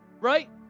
Right